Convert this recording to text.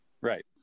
Right